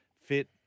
fit